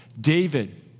David